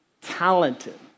talented